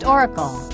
Oracle